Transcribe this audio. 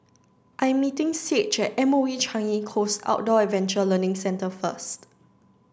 I'm meeting Saige at M O E Changi Coast Outdoor Adventure Learning Centre first